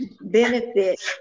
benefit